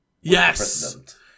Yes